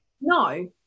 No